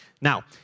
Now